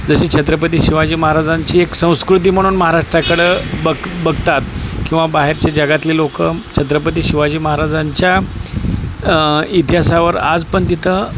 जशी छत्रपती शिवाजी महाराजांची एक संस्कृती म्हणून महाराष्ट्राकडं बघ बघतात किंवा बाहेरच्या जगातले लोक छत्रपती शिवाजी महाराजांच्या इतिहासावर आज पण तिथं